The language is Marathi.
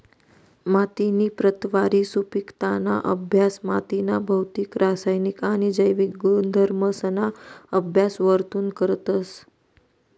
मातीनी प्रतवारी, सुपिकताना अभ्यास मातीना भौतिक, रासायनिक आणि जैविक गुणधर्मसना अभ्यास वरथून करतस